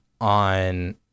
on